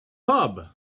pub